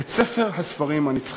את ספר הספרים הנצחי".